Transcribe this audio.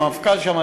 עם המפכ"ל שם,